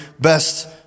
best